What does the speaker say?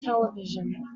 television